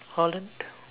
Holland